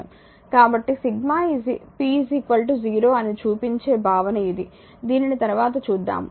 కాబట్టి sigma p 0 అని చూపించే భావన ఇది దీనిని తర్వాత చూద్దాము